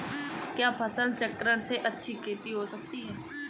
क्या फसल चक्रण से अच्छी खेती हो सकती है?